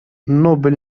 noble